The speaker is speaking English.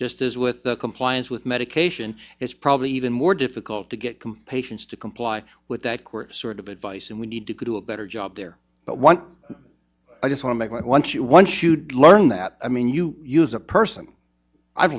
just as with the compliance with medication it's probably even more difficult to get compassions to comply with that court sort of advice and we need to do a better job there but one i just want to make once you once you do learn that i mean you use a person i've